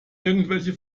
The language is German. irgendwelche